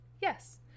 yes